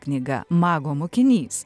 knyga mago mokinys